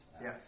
Yes